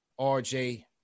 RJ